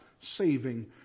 saving